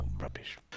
rubbish